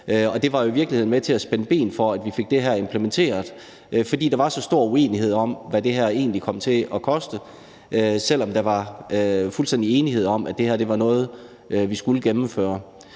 det var jo i virkeligheden med til at spænde ben for, at vi fik det her implementeret – fordi der var så stor uenighed om, hvad det her egentlig kom til at koste, selv om der var fuldstændig enighed om, at det her var noget, vi skulle gennemføre.